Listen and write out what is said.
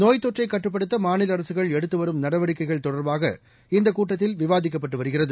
நோய் தொற்றை கட்டுப்படுத்த மாநில அரசுகள் எடுத்து வரும் நடவடிக்கைகள் தொடர்பாக இந்தக் கூட்டத்தில் விவாதிக்கப்பட்டு வருகிறது